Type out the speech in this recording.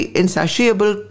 insatiable